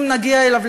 אם נגיע אליו,